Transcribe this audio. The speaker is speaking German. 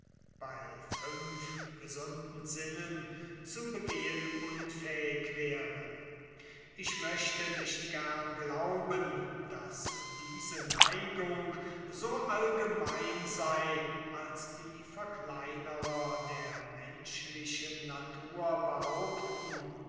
bei fünf gesunden sinnen zu begehen unfähig wäre ich möchte nicht gerne glauben daß diese neigung so allgemein sei als die verkleinerer der menschlichen natur